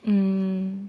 mm